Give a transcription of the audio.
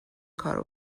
کارو